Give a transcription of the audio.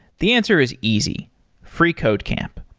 the answer is easy freecodecamp.